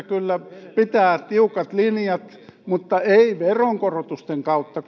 kyllä pitää tiukat linjat mutta ei veronkorotusten kautta